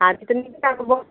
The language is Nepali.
हाट पनि